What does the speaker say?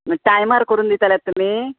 टायमार करून दितले तुमी